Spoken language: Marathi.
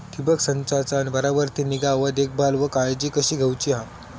ठिबक संचाचा बराबर ती निगा व देखभाल व काळजी कशी घेऊची हा?